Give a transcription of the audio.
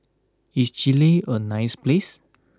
is Chile a nice place